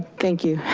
thank you.